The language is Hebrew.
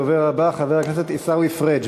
הדובר הבא, חבר הכנסת עיסאווי פריג',